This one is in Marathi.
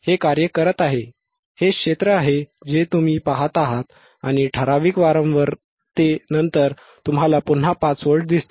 हे कार्य करत आहे हे क्षेत्र आहे जे तुम्ही पहात आहात आणि ठराविक वारंवारतेनंतर तुम्हाला पुन्हा 5 व्होल्ट दिसतील